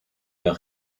der